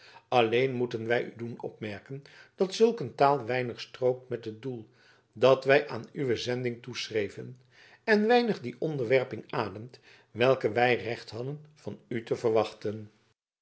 alleen moeten wij u doen opmerken dat zulk een taal weinig strookt met het doel dat wij aan uwe zending toeschreven en weinig die onderwerping ademt welke wij recht hadden van u te verwachten